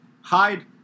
hide